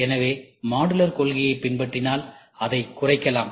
எனவே மாடுலர் கொள்கையை பின்பற்றினால் அதைக் குறைக்கலாம்